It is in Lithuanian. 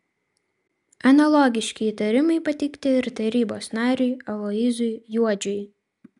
analogiški įtarimai pateikti ir tarybos nariui aloyzui juodžiui